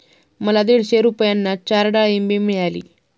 मला दीडशे रुपयांना चार डाळींबे मिळाली